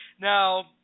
Now